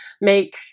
make